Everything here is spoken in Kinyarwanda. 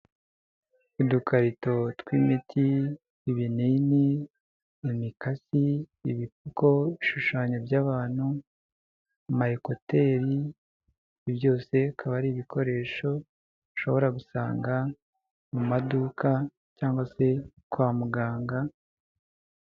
Udukarito tw' imiti, ibinini, imikasi, ibipfuko, bishushanyo by'abantu, amayekuteri, byose bikaba ari ibikoresho, ushobora gusanga mu maduka, cyangwa se kwa muganga.